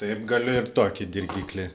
taip galiu ir tokį dirgiklį